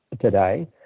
today